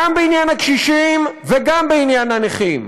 גם בעניין הקשישים וגם בעניין הנכים,